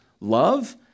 love